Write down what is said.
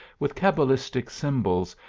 with cabalistic symbols,